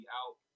out